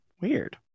weird